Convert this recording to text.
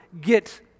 get